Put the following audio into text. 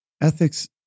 ethics